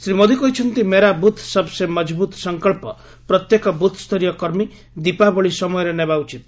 ଶ୍ରୀ ମୋଦି କହିଛନ୍ତି ମେରା ବୁଥ୍ ସବ୍ସେ ମଜବୁତ୍ ସଙ୍କଳ୍ପ ପ୍ରତ୍ୟେକ ବୃଥ୍ୟସରୀୟ କର୍ମୀ ଦୀପାବଳି ସମୟରେ ନେବା ଉଚିତ